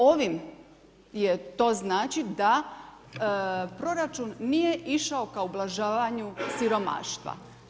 Ovim je to znači, da proračun nije išao ka ublažavanju siromaštva.